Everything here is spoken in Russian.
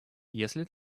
если